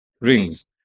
Rings